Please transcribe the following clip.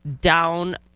down